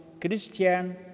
Christian